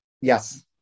Yes